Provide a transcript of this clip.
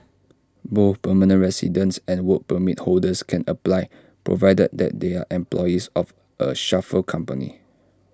both permanent residents and Work Permit holders can apply provided that they are employees of A chauffeur company